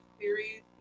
series